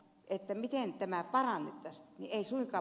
mutta miten tämä parannettaisiin